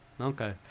okay